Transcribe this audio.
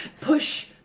push